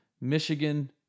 Michigan